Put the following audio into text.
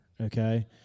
Okay